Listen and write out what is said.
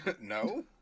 No